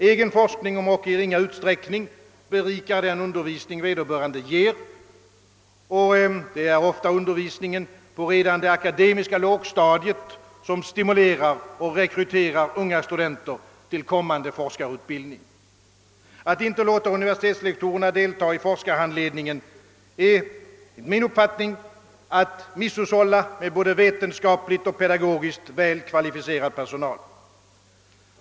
Egen forskning, om ock i ringa utsträckning, berikar den undervisning vederbörande ger. Det är ofta undervisningen redan på det akademiska lågstadiet som stimulerar unga studenter till kommande forskarutbildning och således bidrar till rekryteringen. Att inte låta universitetslektorerna delta i forskarhandledningen är enligt min mening att misshushålla med både vetenskapligt och pedagogiskt väl kvalificerad personal.